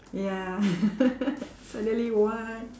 ya suddenly what